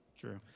True